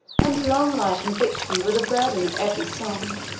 and long life and victory were the burden of every song.